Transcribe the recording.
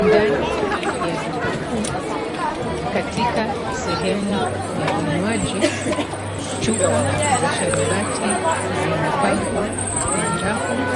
Ndani ya duka kuu katika sehemu ya vinywaji, chupa za sharubati zimepangwa kwenye rafu